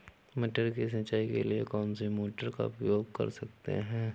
मटर की सिंचाई के लिए कौन सी मोटर का उपयोग कर सकते हैं?